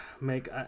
make